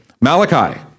Malachi